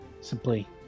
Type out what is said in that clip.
simply